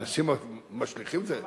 אנשים משליכים זה את,